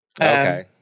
Okay